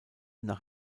nach